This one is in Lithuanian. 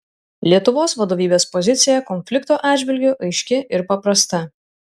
lietuvos vadovybės pozicija konflikto atžvilgiu aiški ir paprasta